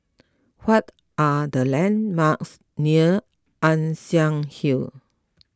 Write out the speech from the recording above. what are the landmarks near Ann Siang Hill